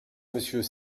monsieur